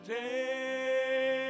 day